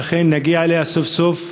שאכן נגיע אליה סוף-סוף.